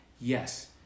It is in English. Yes